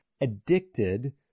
addicted